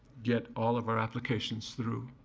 get all of our applications through